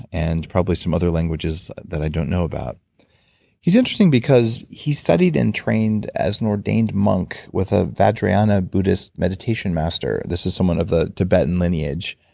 and probably some other languages that i don't know about he's interesting because he studied and trained as an ordained monk with a vajrayana buddhist meditation master. this is someone of the tibetan lineage.